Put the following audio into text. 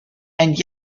and